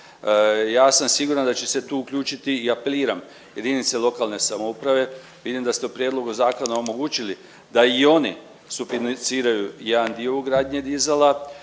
Ja sam siguran da će se tu uključiti i apeliram jedinice lokalne samouprave, vidim da ste u prijedlogu zakona omogućili da i oni sufinanciraju jedan dio ugradnje dizala